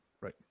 right